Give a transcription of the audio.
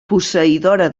posseïdora